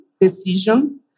decision